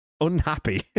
unhappy